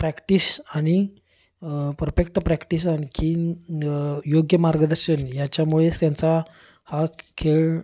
practice आणि perfect practice आणखीन योग्य मार्गदर्शन याच्यामुळेच त्यांचा हा खेळ